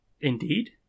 Indeed